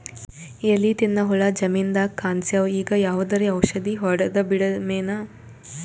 ಎಲಿ ತಿನ್ನ ಹುಳ ಜಮೀನದಾಗ ಕಾಣಸ್ಯಾವ, ಈಗ ಯಾವದರೆ ಔಷಧಿ ಹೋಡದಬಿಡಮೇನ?